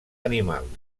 animals